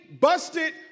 busted